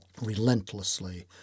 relentlessly